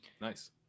Nice